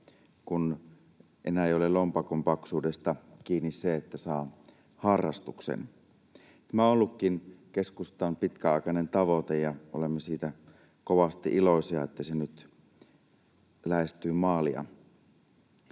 kun enää ei ole lompakon paksuudesta kiinni se, että saa harrastuksen. Tämä on ollutkin keskustan pitkäaikainen tavoite, ja olemme siitä kovasti iloisia, että se nyt lähestyy maalia.